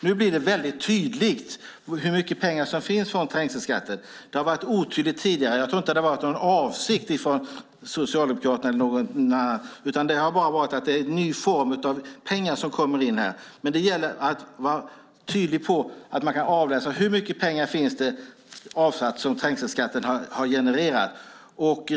Nu blir det väldigt tydligt hur mycket pengar som finns från trängselskatten. Det har varit otydligt tidigare. Jag tror inte att det har varit någon avsikt från Socialdemokraterna eller någon annan. Det har bara varit en ny form av pengar som kommer in. Det gäller att vara tydlig så att man kan avläsa hur mycket pengar som finns avsatt som trängselskatten har genererat.